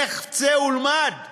לך, צא ולמד,